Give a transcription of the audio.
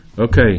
Okay